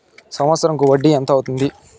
సంవత్సరం కు వడ్డీ ఎంత అవుతుంది?